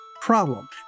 problem